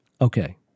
Okay